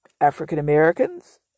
African-Americans